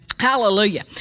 Hallelujah